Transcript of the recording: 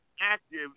active